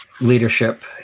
leadership